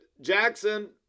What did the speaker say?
Jackson